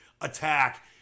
attack